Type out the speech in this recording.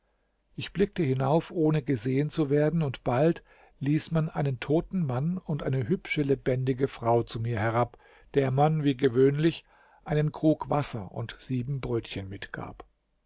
ich blickte hinauf ohne gesehen zu werden und bald ließ man einen toten mann und eine hübsche lebendige frau zu mir herab der man wie gewöhnlich einen krug wasser und sieben brötchen mitgab